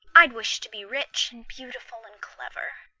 i'd wish to be rich and beautiful and clever.